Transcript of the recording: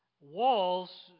Walls